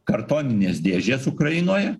kartoninės dėžės ukrainoje